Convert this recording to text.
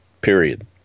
Period